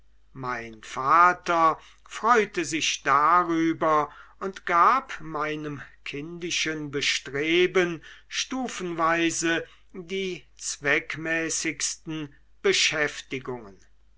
mein vater freute sich darüber und gab meinem kindischen bestreben stufenweise die zweckmäßigsten beschäftigungen